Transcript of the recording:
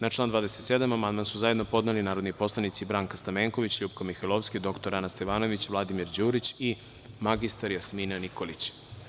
Na član 27. amandman su zajedno podneli narodni poslanici Branka Stamenković, LJupka Mihajlovska, dr Ana Stevanović, Vladimir Đurić i mr Jasmina Nikolić.